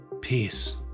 Peace